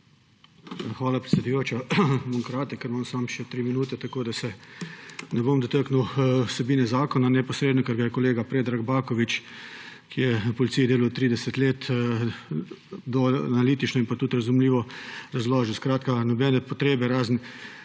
Hvala, predsedujoča. Bom kratek, ker imam samo še tri minute. Tako se ne bom dotaknil vsebine zakona neposredno, ker ga je kolega Predrag Baković, ki je v policiji delal 30 let, dovolj analitično in tudi razumljivo razložil. Skratka, nobene potrebe ni